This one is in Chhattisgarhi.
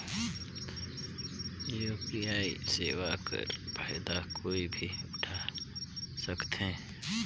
यू.पी.आई सेवा कर फायदा कोई भी उठा सकथे?